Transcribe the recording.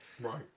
Right